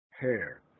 hair